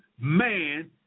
man